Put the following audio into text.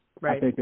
Right